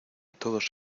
todos